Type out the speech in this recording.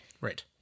Right